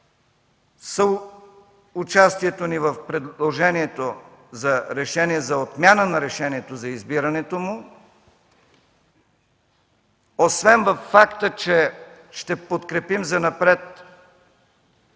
съучастието ни в предложението за решение за отмяна на решението за избирането му, освен във факта, че ще подкрепим занапред